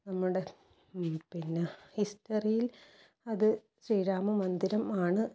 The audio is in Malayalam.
നമ്മുടെ പിന്നെ ഹിസ്റ്ററിയിൽ അത് ശ്രീരാമ മന്ദിരമാണ്